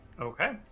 Okay